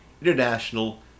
international